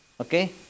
Okay